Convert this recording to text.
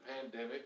pandemic